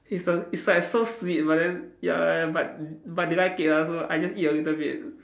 it's the it's like so sweet but then ya ya but but they like it lah so I just eat a little bit